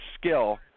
skill